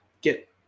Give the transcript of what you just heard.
Get